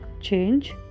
change